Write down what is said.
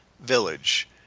village